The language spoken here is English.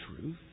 truth